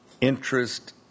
interest